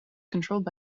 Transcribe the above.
controlled